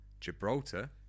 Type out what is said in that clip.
Gibraltar